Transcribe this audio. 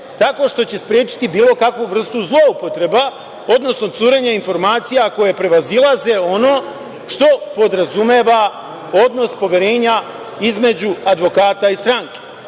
tako što će sprečiti bilo kakvu vrstu zloupotreba, odnosno curenja informacija koje prevazilaze ono što podrazumeva odnos poverenja između advokata i stranke.U